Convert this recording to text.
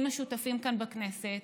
עם השותפים כאן בכנסת,